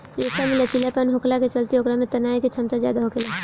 रेशा में लचीलापन होखला के चलते ओकरा में तनाये के क्षमता ज्यादा होखेला